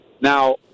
now